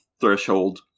threshold